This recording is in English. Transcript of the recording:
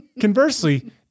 Conversely